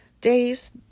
days